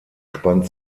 spannt